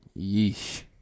Yeesh